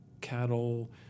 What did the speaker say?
cattle